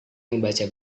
membaca